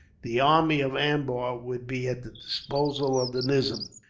the army of ambur would be at the disposal of the nizam.